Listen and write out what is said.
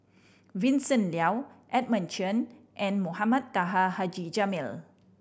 Vincent Leow Edmund Chen and Mohamed Taha Haji Jamil